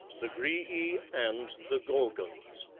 the graeae and the gorgons